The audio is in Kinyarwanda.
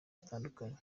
zitandukanye